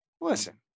Listen